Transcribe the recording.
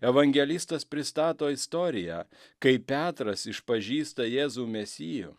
evangelistas pristato istoriją kai petras išpažįsta jėzų mesiju